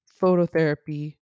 phototherapy